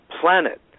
planet